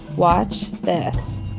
watch this.